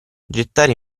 gettare